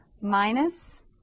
minus